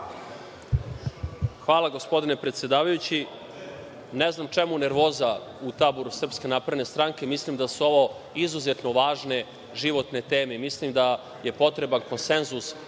Hvala, gospodine predsedavajući. Ne znam čemu nervoza u taboru SNS. Mislim da su ovo izuzetno važne životne teme i mislim da je potreban konsenzus